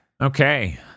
Okay